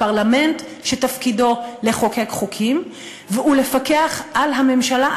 הפרלמנט שתפקידו לחוקק חוקים ולפקח על הממשלה,